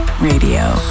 Radio